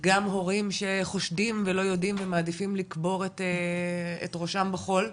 גם הורים שחושדים שלא יודעים ומעדיפים לקבור את ראשם בחול,